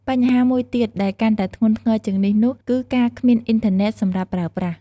បញ្ហាមួយទៀតដែលកាន់តែធ្ងន់ធ្ងរជាងនេះនោះ គឺការគ្មានអ៊ីនធឺណិតសម្រាប់ប្រើប្រាស់។